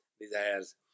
desires